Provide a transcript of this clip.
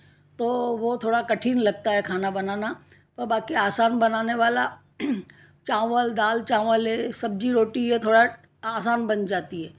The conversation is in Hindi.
तो वह थोड़ा कठिन लगता है खाना बनाना और बाकी आसान बनाने वाला चावल दाल चावल है सब्ज़ी रोटी है थोड़ा आसान बन जाती है